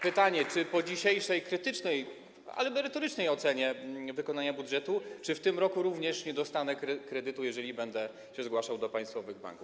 Pytanie, czy po dzisiejszej krytycznej, ale merytorycznej ocenie wykonania budżetu, w tym roku również nie dostanę kredytu, jeżeli będę się zgłaszał do państwowych banków.